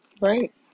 Right